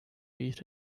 eat